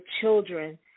children